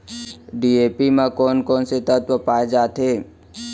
DAP म कोन कोन से तत्व पाए जाथे?